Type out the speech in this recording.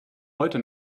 heute